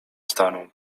stanął